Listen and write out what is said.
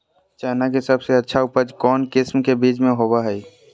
चना के सबसे अच्छा उपज कौन किस्म के बीच में होबो हय?